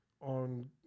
on